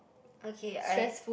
okay I